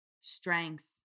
strength